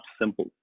simple